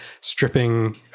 stripping